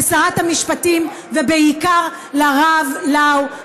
לשרת המשפטים ובעיקר לרב לאו,